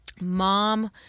mom